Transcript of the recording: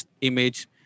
image